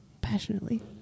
passionately